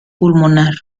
pulmonar